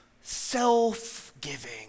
self-giving